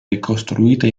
ricostruita